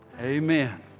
Amen